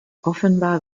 offenbar